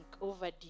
overdue